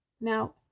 Now